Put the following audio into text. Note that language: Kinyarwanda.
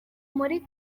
muri